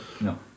No